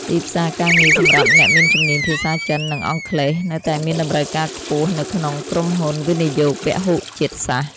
ទីផ្សារការងារសម្រាប់អ្នកមានជំនាញភាសាចិន និងអង់គ្លេសនៅតែមានតម្រូវការខ្ពស់នៅក្នុងក្រុមហ៊ុនវិនិយោគពហុជាតិសាសន៍។